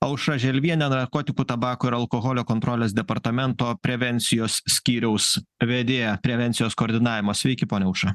aušra želvienė narkotikų tabako ir alkoholio kontrolės departamento prevencijos skyriaus vedėja prevencijos koordinavimo sveiki ponia aušra